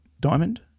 Diamond